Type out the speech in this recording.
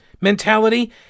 mentality